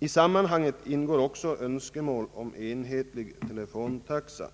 I sammanhanget ingår även önskemål om en enhetlig telefontaxa.